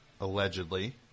Allegedly